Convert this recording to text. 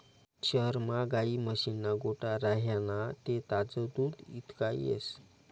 शहरमा गायी म्हशीस्ना गोठा राह्यना ते ताजं दूध इकता येस